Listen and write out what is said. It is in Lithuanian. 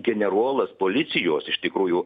generolas policijos iš tikrųjų